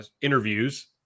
interviews